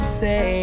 say